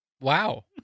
Wow